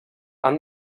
han